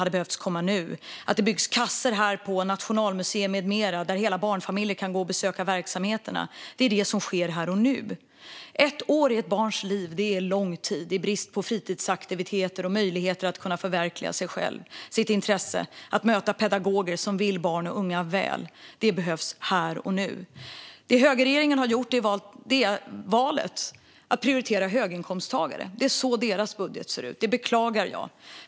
Att det byggs kassor på bland annat Nationalmuseum, där hela barnfamiljer kan besöka verksamheterna, är vad som sker här och nu. Ett år i ett barns liv är lång tid när det är brist på fritidsaktiviteter och möjligheter att kunna förverkliga sig själv och sitt intresse och möta pedagoger som vill barn och unga väl. Det behövs här och nu. Högerregeringen har valt att prioritera höginkomsttagare. Det är så deras budget ser ut, och detta beklagar jag.